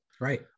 Right